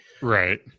Right